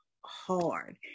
hard